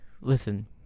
Listen